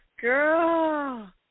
Girl